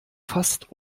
fast